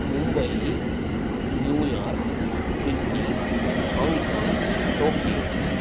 Mumbai New York Sydney Hong Kong Tokyo